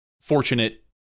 fortunate